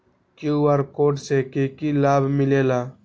QR code से कि कि लाव मिलेला?